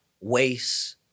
waste